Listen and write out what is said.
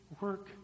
work